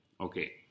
Okay